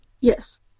Yes